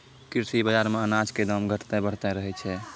कृषि बाजार मॅ अनाज के दाम घटतॅ बढ़तॅ रहै छै